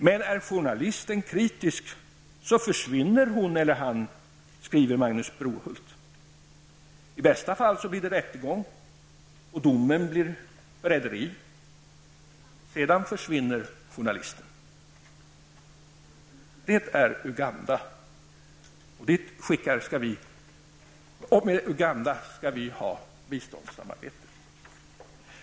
Men är journalisten kritisk, försvinner hon eller han, skriver Magnus Brohult. I bästa fall blir det rättegång. Domen blir förräderi. Sedan försvinner journalisten. Det är Uganda. Och med Uganda skall vi ha biståndssamarbete!